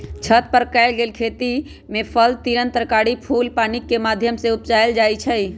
छत पर कएल गेल खेती में फल तिमण तरकारी फूल पानिकेँ माध्यम से उपजायल जाइ छइ